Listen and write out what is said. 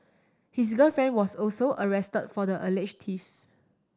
his girlfriend was also arrested for the alleged theft